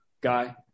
guy